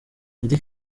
meddie